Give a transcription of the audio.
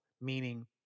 meaning